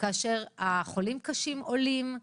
כאשר החולים הקשים עולים.